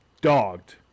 dogged